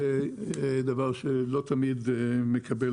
זה דבר שלא תמיד מקבל